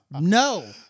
No